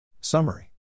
Summary